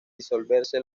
disolverse